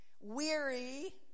weary